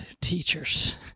teachers